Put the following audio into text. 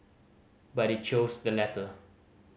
but they chose the latter